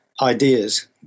ideas